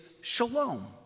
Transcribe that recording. shalom